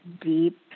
deep